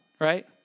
right